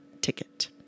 ticket